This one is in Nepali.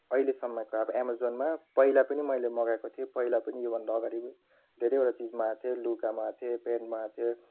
अहिलेसम्मको अब एमाजोनमा पहिला पनि मैले मगाएको थिएँ पहिला पनि योभन्दा अगाडि धेरैवटा चिज मगाएको थिएँ लुगा मगाएको थिएँ प्यान्ट मगाएको थिएँ